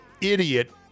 idiot